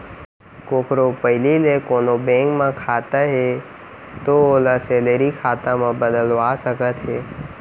कोकरो पहिली ले कोनों बेंक म खाता हे तौ ओला सेलरी खाता म बदलवा सकत हे